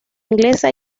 inglesa